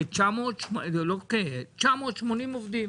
980 עובדים.